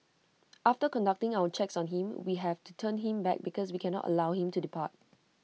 after conducting our checks on him we have to turn him back because we cannot allow him to depart